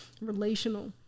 relational